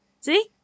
see